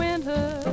Winter